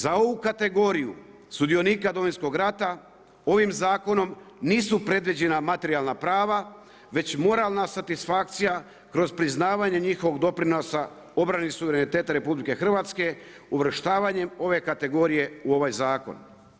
Za ovu kategoriju sudionika Domovinskog rata, ovim zakonom nisu predviđena materijalna prava, već moralna satisfakcija, kroz priznanje njihovog doprinosa, obrani suvereniteta RH, uvrštavanjem ove kategorije u ovaj zakon.